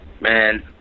Man